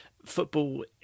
Football